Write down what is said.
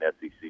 SEC